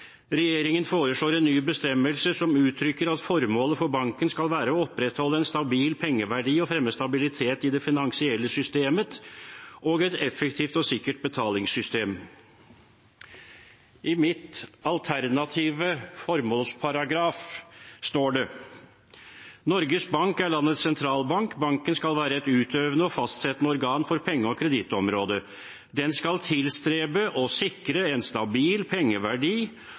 foreslår en ny bestemmelse som uttrykker at formålet for banken skal være å opprettholde en stabil pengeverdi og fremme stabilitet i det finansielle systemet og et effektivt og sikkert betalingssystem.» I min alternative formålsparagraf står det: «Norges Bank er landets sentralbank. Banken skal være ett utøvende og fastsettende organ for penge- og kredittområdet. Den skal tilstrebe og sikre en stabil pengeverdi